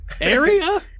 area